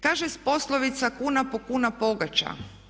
Kaže poslovica kuna po kuna pogača.